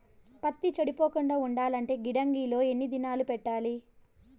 పత్తి చెడిపోకుండా ఉండాలంటే గిడ్డంగి లో ఎన్ని దినాలు పెట్టాలి?